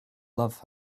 love